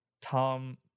tom